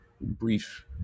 brief